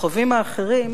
בכוכבים האחרים,